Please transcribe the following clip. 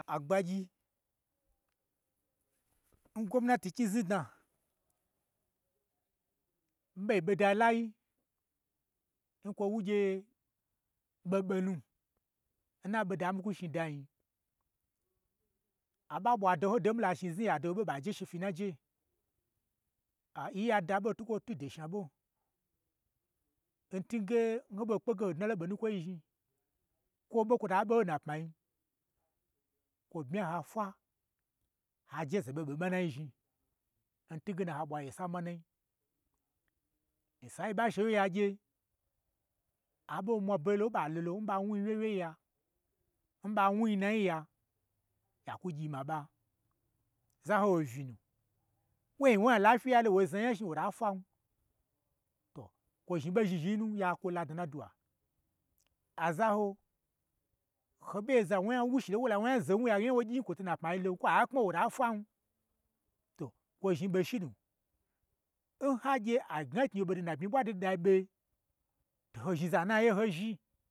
Agbagyi, n gwom nati lonyi znu dna, mii ɓe n ɓodailai n kwo wu gye ɓe ɓe nu, n na ɓoda n mii kwu shni danyi, aɓa ɓwa dohon do nmila shni zniya, adoho ɓe ɓa che she fyi n noye, a, nya daɓo n twukwo twu n do shna ɓo, n tunge, n ho ɓo ikpege hodna n ɓo nukwoi zhni, kwo oɓo n kwo ta ɓo ho n na pmai kwo bmya ha fwa, ha jeze ɓe ɓo manai zhni, n tunge na ha ɓwa yesa manai. Nsa n yi ɓa sha wye ya gye, a ɓo mwa be gye to n ɓa lolo n ɓa wnu yi wyewyei ya, n ɓa wnu yi nuyi ya, yakwu gyima ɓa, zu ho nyilo ouyi nu, woi wo nya n lafyiyailo wo zna nya shni wota fwan, ao kwo zhni ɓo zhni zhni yi nu ya kwo ladnan na dwuwa, azaho, onya n wo gyin kwoto n napmai lo, kwo a kpma wo wota fwan, to kwo zhni ɓo shinu, n ha gye a gnaknyi ɓodo n na bmyi ɓwa da dai ɓe, to ho zhni zanu n na ye hon zhi.